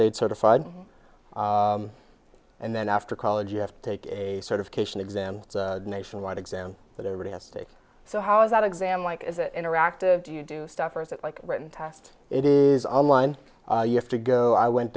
aid certified and then after college you have to take a sort of cation exam nationwide exam that everybody has to take so how is that exam like is it interactive do you do stuff or is it like a written test it is online you have to go i went